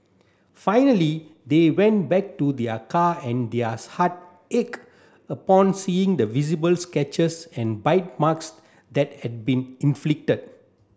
finally they went back to their car and their heart ached upon seeing the visible sketches and bite marks that had been inflicted